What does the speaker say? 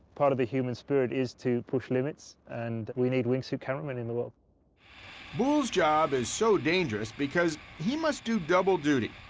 part of the human spirit is to push limits, and we need wingsuit cameramen in the world. frankel boole's job is so dangerous because he must do double duty,